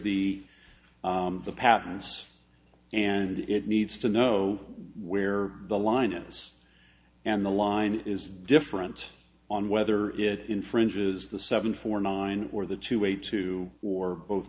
patents and it needs to know where the line is and the line is different on whether it infringes the seven four nine or the two a two for both